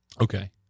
Okay